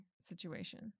situation